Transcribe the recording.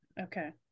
Okay